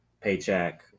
paycheck